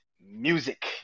music